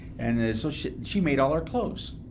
and ah so she she made all our clothes,